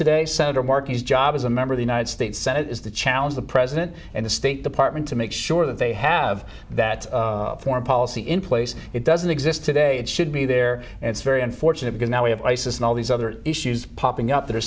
today senator mark his job as a member of the united states senate is the challenge the president and the state department to make sure that they have that foreign policy in place it doesn't exist today it should be there and it's very unfortunate because now we have isis and all these other issues popping up th